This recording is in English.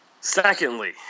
Secondly